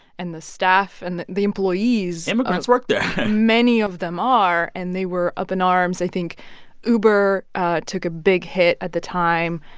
and the staff and the the employees. immigrants work there many of them are. and they were up in arms. i think uber took a big hit at the time.